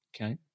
Okay